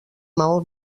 maó